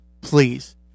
please